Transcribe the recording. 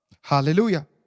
Hallelujah